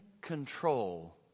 control